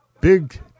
Big